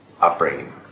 upbringing